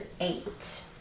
eight